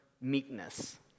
meekness